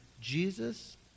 Jesus